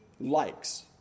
likes